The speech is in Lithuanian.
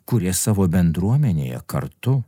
kurie savo bendruomenėje kartu